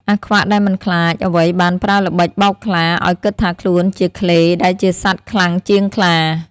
អាខ្វាក់ ដែលមិនខ្លាចអ្វីបានប្រើល្បិចបោកខ្លាឱ្យគិតថាខ្លួនជា ឃ្លេ ដែលជាសត្វខ្លាំងជាងខ្លា ។